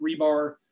rebar